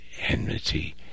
enmity